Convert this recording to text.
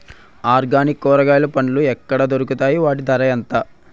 Organic కూరగాయలు పండ్లు ఎక్కడ దొరుకుతాయి? వాటి ధర ఎంత?